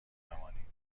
بمانیم